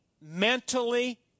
mentally